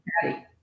Patty